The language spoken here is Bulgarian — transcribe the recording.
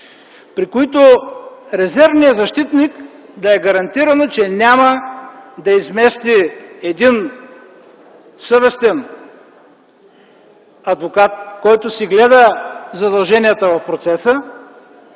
при които резервният защитник да е гарантирано, че няма да измести един съвестен адвокат, който си гледа задълженията в процеса.